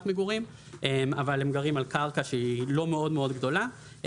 מגורים אבל הם גרים על קרקע שהיא לא מאוד גדולה.